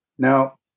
Now